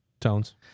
Tones